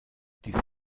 die